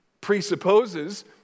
presupposes